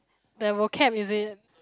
the vocab is it